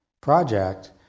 project